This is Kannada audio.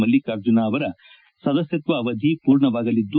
ಮಲ್ಲಿಕಾರ್ಜುನ ಅವರ ಸದಸ್ಯತ್ತ ಅವಧಿ ಪೂರ್ಣವಾಗಲಿದ್ದು